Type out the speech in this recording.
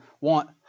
want